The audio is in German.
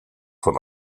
von